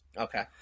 Okay